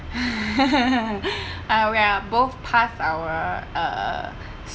uh we're both past our uh